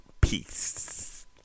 Peace